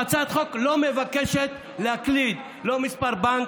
הצעת חוק לא מבקשת להקליד, לא מספר בנק,